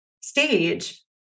stage